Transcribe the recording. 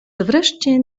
wreszcie